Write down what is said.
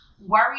Worry